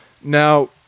Now